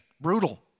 Brutal